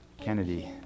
Kennedy